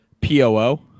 P-O-O